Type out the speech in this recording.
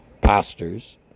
pastors